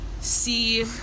see